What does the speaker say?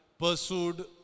pursued